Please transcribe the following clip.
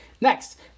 next